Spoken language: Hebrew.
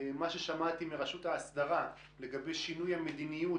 מה ששמעתי מרשות ההסדרה לגבי שינויי מדיניות,